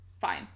Fine